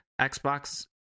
Xbox